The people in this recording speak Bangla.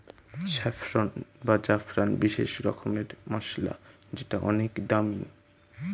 স্যাফরন বা জাফরান বিশেষ রকমের মসলা যেটা অনেক দামি